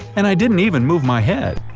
and i didn't even move my head!